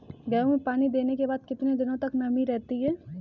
गेहूँ में पानी देने के बाद कितने दिनो तक नमी रहती है?